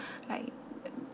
right